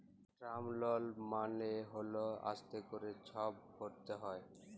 term লল মালে যেট আস্তে ক্যরে ছব ভরতে হ্যয়